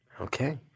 Okay